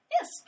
Yes